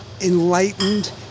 enlightened